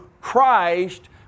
Christ